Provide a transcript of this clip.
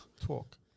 Talk